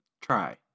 Try